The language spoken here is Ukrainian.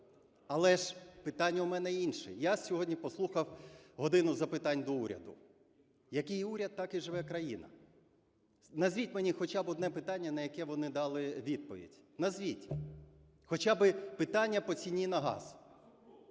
Але ж питання в мене інше. Я сьогодні послухав "годину запитань до Уряду". Який уряд, так і живе країна. Назвіть мені хоча б одне питання, на яке вони дали відповідь. Назвіть. Хоча б питання по ціні на газ.